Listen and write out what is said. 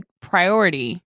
priority